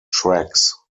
tracks